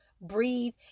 breathe